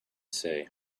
say